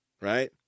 right